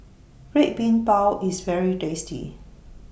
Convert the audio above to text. Red Bean Bao IS very tasty